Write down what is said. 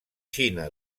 xina